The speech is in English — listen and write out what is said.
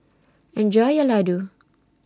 Enjoy your Laddu